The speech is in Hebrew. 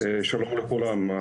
לכולם,